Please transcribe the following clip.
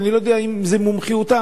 שאני לא יודע אם זה תחום מומחיותם,